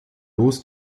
los